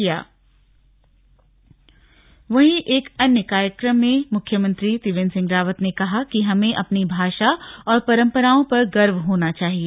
slug CM संगोष्ठी वहीं एक अन्य कार्यक्रम में मुख्यमंत्री त्रिवेंद्र सिंह रावत ने कहा कि हमें अपनी भाषा और परंपराओं पर गर्व होना चाहिए